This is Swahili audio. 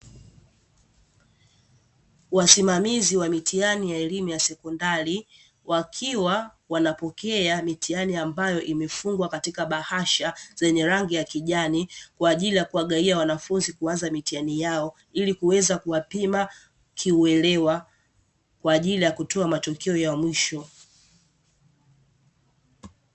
Wasimamizi wa mitihani wa elimu ya sekondari wakiwa wanapokea mitihani ambayo imefungwa katika bahasha zenye rangi ya kijani, kwa ajili ya kuwagawia wanafunzi kuanza mitihani yao, ili kuweza kuwapima kiuelewa; kwa ajili ya kutoa matokeo ya mwisho.